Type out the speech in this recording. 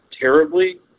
terribly